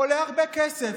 עולה הרבה כסף.